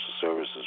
Services